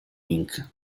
inc